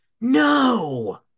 no